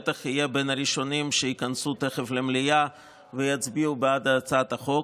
בטח יהיה בין הראשונים שייכנסו תכף למליאה ויצביעו בעד הצעת החוק,